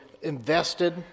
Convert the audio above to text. invested